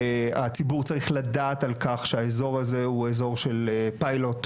הציבור צריך לדעת על כך שהאזור הזה הוא אזור של פיילוט,